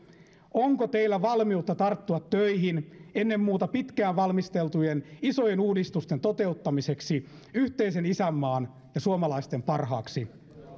onko teillä valmiutta tarttua töihin ennen muuta pitkään valmisteltujen isojen uudistusten toteuttamiseksi yhteisen isänmaan ja suomalaisten parhaaksi